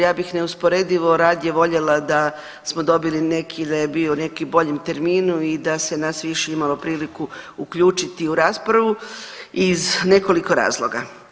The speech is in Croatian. Ja bih neusporedivo radije voljela da smo dobili neki, da je bio u nekom boljem terminu i da se nas više imalo priliku uključiti u raspravu iz nekoliko razloga.